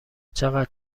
چقدر